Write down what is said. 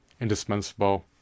indispensable